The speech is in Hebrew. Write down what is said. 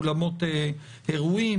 אולמות אירועים,